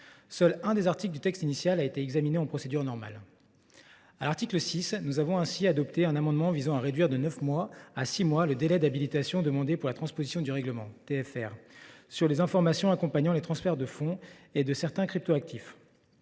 Seul un des articles du texte initial a été examiné en procédure normale. À l’article 6, nous avons adopté un amendement visant à réduire de neuf mois à six mois le délai d’habilitation demandé pour la transposition du règlement (TFR), qui porte sur les informations accompagnant les transferts de fonds et de certains cryptoactifs.